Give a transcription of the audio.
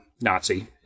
Nazi